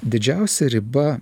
didžiausia riba